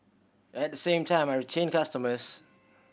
at the same time I retain customers